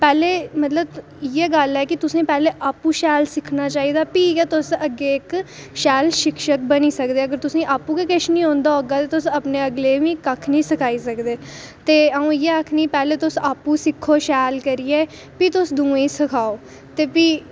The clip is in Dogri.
पैह्लें मतलब इ'यै गल्ल ऐ कि तुसें गी आपूं पैहले शैल सिक्खना चाहिदा फ्ही गै तुस अग्गें इक शैल शिक्षक बनी सकदे ओ अगर तुसें गी आपूं के किश निं औंदा होगा ते तुस अपने अगलें गी बी कक्ख निं सखाई सकदे ते अ'ऊं इ'यै आखनी पैह्लें तुस आपूं सिक्खो शैल करियै फ्ही तुस दूएं गी सखाओ ते फ्ही